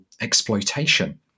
exploitation